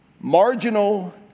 marginal